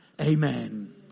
Amen